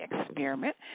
experiment